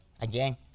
Again